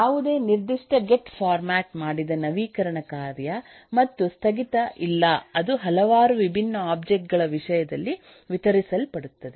ಯಾವುದೇ ನಿರ್ದಿಷ್ಟ get format ಮಾಡಿದ ನವೀಕರಣ ಕಾರ್ಯ ಮತ್ತು ಸ್ಥಗಿತ ಇಲ್ಲ ಅದು ಹಲವಾರು ವಿಭಿನ್ನ ಒಬ್ಜೆಕ್ಟ್ ಗಳ ವಿಷಯದಲ್ಲಿ ವಿತರಿಸಲ್ಪಡುತ್ತದೆ